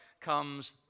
comes